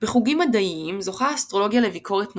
בחוגים מדעיים זוכה האסטרולוגיה לביקורת נוקבת.